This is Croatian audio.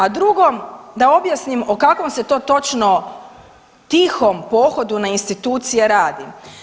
A drugo, da objasnim o kakvom se to točno tihom pohodu na institucije radi.